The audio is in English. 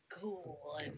cool